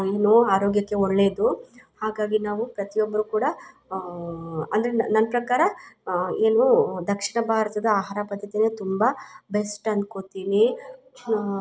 ಇನ್ನೂ ಆರೋಗ್ಯಕ್ಕೆ ಒಳ್ಳೇದು ಹಾಗಾಗಿ ನಾವು ಪ್ರತಿಯೊಬ್ಬರು ಕೂಡ ಅಂದರೆ ನನ್ನ ಪ್ರಕಾರ ಏನು ದಕ್ಷಿಣ ಭಾರತದ ಆಹಾರ ಪದ್ದತಿಯನ್ನೇ ತುಂಬ ಬೆಸ್ಟ್ ಅನ್ಕೋತೀನಿ